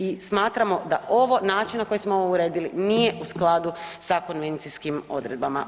I smatramo da ovo, način na koji smo ovo uredili nije u skladu sa konvencijskim odredbama.